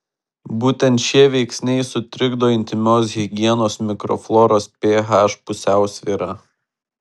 būtent šie veiksniai sutrikdo intymios higienos mikrofloros ph pusiausvyrą